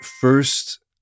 First